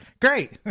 Great